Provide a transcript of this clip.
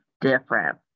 different